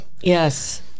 yes